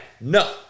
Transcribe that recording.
No